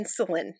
insulin